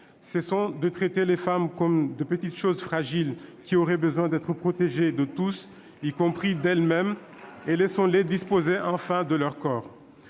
Cessons de traiter les femmes comme de petites choses fragiles qui auraient besoin d'être protégées de tous, y compris d'elles-mêmes, et laissons-les disposer enfin de leur corps